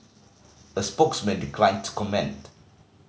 a spokesman declined to comment